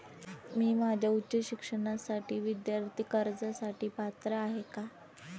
मी माझ्या उच्च शिक्षणासाठी विद्यार्थी कर्जासाठी पात्र आहे का?